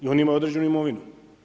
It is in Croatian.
I oni imaju određenu imovinu.